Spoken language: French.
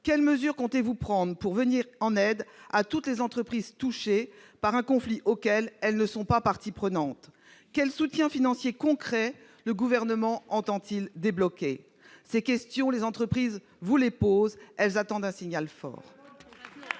quelles mesures comptez-vous prendre pour venir en aide à toutes les entreprises touchées par un conflit dont elles ne sont pas parties prenantes ? Quel soutien financier concret le Gouvernement entend-il débloquer ? Ces questions, les entreprises vous les posent : elles attendent un signal fort